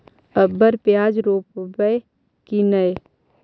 अबर प्याज रोप्बो की नय?